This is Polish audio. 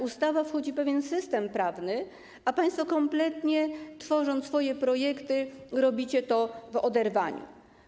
Ustawa wchodzi w pewien system prawny, a państwo kompletnie, tworząc swoje projekty, robicie to w oderwaniu.